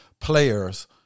players